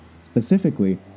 Specifically